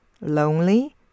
lonely